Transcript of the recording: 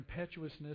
impetuousness